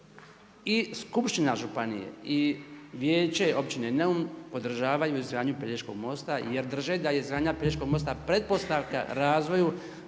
i skupština županije i vijeće općine Neum podržavaju izgradnju Pelješkog mosta jer drže da je izgradnja Pelješkog mosta pretpostavka razvoju